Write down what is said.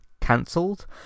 cancelled